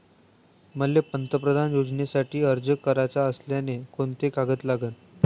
मले पंतप्रधान योजनेसाठी अर्ज कराचा असल्याने कोंते कागद लागन?